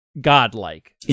godlike